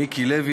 מיקי לוי,